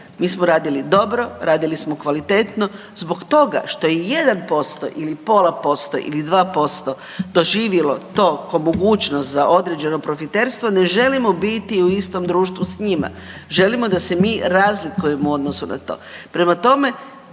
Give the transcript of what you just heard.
mi smo radili dobro, radili smo kvalitetno. Zbog toga što je 1% ili pola posto ili 2% doživilo to ko mogućnost za određeno profiterstvo ne želimo biti u istom društvu s njima, želimo da se mi razlikujemo u odnosu na to.